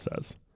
says